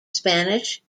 spanish